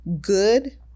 good